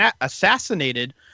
assassinated